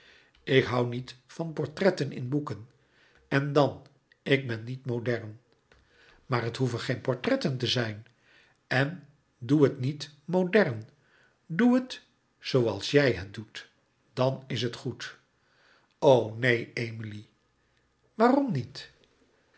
ik hoû niet van portretten in boeken en dan ik ben niet modern maar het behoeven geen portretten te zijn en doe het niet modern doe het zooals jij het doet dan is het goed o neen emilie waarom niet